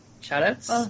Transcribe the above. Shout-outs